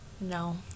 No